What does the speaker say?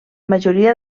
majoria